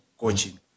coaching